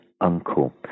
uncle